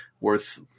worth